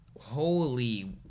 holy